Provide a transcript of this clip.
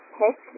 pick